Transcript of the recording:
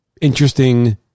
interesting